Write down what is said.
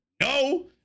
no